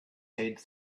head